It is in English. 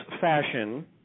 fashion